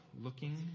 looking